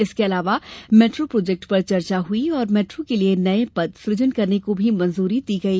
इसके अलावा metro project पर चर्चा हई और मेट्रो के लिये नये पद सुजन करने को मंजूरी दी गई